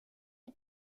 est